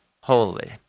holy